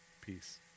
peace